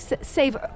save